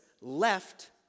left